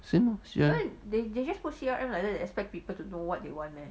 same lor C_R_M